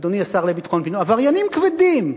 אדוני השר לביטחון פנים, עבריינים כבדים,